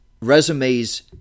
resumes